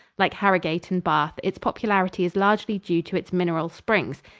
like harrogate and bath, its popularity is largely due to its mineral springs.